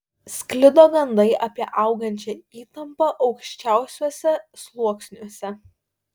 sklido gandai apie augančią įtampą aukščiausiuose sluoksniuose